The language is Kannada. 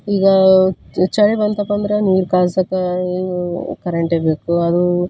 ಈಗ ಚಳಿ ಬಂತಪ್ಪಂದ್ರ ನೀರು ಕಾಯ್ಸೋಕ್ಕೆ ಕರೆಂಟೇ ಬೇಕು ಅದು